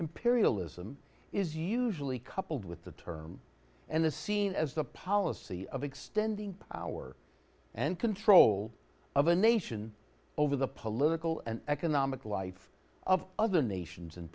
imperialism is usually coupled with the term and the seen as the policy of extending power and control of a nation over the political and economic life of other nations